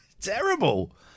Terrible